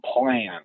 plan